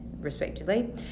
respectively